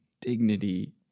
dignity